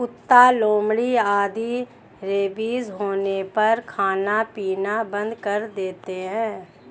कुत्ता, लोमड़ी आदि रेबीज होने पर खाना पीना बंद कर देते हैं